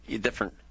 different